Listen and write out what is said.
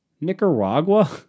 Nicaragua